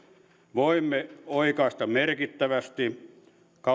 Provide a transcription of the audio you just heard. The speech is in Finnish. voimme oikaista merkittävästi